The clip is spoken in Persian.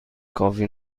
کافی